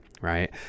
right